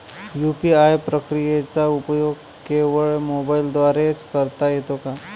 UPI प्रक्रियेचा उपयोग केवळ मोबाईलद्वारे च करता येतो का?